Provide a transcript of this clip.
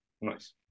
Nice